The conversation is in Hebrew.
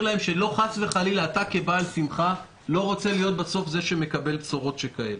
להם שחס וחלילה אתה כבעל שמחה לא רוצה להיות בסוף זה שמקבל בשורות שכאלה.